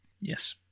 yes